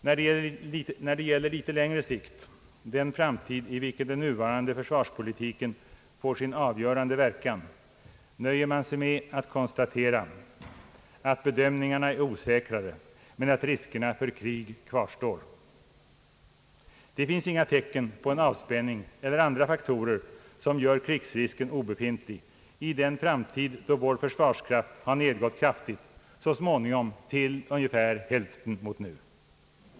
När det gäller utvecklingen på litet längre sikt — den framtid i vilken nuvarande försvarspolitik får sin avgörande verkan — nöjer man sig med att konstatera att bedömningarna är osäkrare men att riskerna för krig kvarstår. Det finns inga tecken på en avspänning eller andra faktorer som gör krigsrisken obefintlig i den framtid då vår försvarskraft har minskat väsentligt — så småningom till ungefär hälften mot nu.